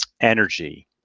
energy